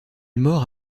mort